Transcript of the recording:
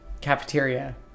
cafeteria